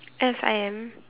S_I_M